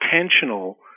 intentional